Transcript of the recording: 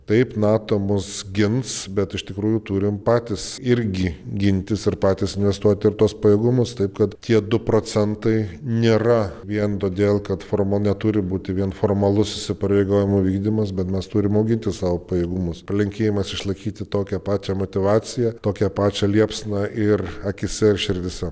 taip nato mus gins bet iš tikrųjų turim patys irgi gintis ir patys investuot ir tuos pajėgumus taip kad tie du procentai nėra vien todėl kad forma neturi būti vien formalus įsipareigojimų vykdymas bet mes turim auginti savo pajėgumus palinkėjimas išlaikyti tokią pačią motyvaciją tokia pačią liepsną ir akyse ir širdyse